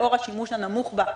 לאור השימוש הנמוך בה,